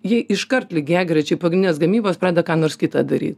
jie iškart lygiagrečiai pagrindinės gamybos pradeda ką nors kitą daryt